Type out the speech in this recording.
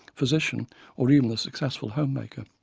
physician or you know successful home maker.